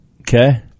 Okay